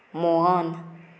Mohan